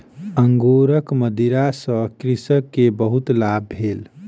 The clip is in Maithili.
अंगूरक मदिरा सॅ कृषक के बहुत लाभ भेल